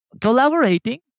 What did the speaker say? Collaborating